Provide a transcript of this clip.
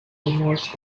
modes